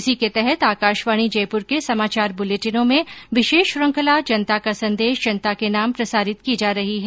इसी के तहत आकाशवाणी जयपुर के समाचार बुलेटिनों में विशेष श्रंखला जनता का संदेश जनता के नाम प्रसारित की जा रही है